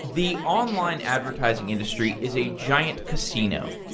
the online advertising industry is a giant casino.